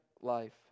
life